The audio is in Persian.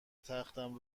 تختم